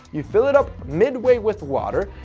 you fill it up midway with water,